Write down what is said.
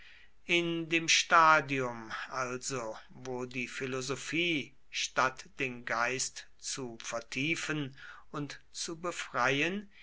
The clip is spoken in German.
in dem stadium also wo die philosophie statt den geist zu vertiefen und zu befreien